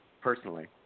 personally